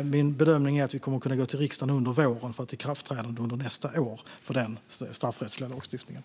och min bedömning är att vi kommer att kunna gå till riksdagen under våren för ett ikraftträdande under nästa år för den straffrättsliga lagstiftningen.